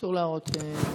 אסור להראות מסמכים.